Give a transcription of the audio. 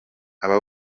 aba